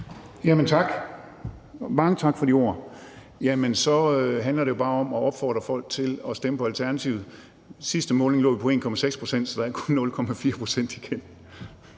Mange tak for de ord. Så handler det jo bare om at opfordre folk til at stemme på Alternativet. Ved sidste måling lå vi på 1,6 pct., så der er kun 0,4